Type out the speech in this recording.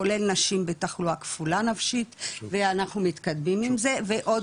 כולל נשים בתחלואה כפולה נפשית ואנחנו מתקדמים עם זה ועוד